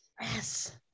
Yes